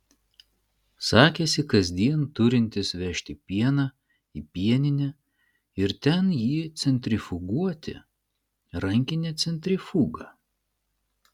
sakėsi kasdien turintis vežti pieną į pieninę ir ten jį centrifuguoti rankine centrifuga